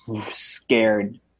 scared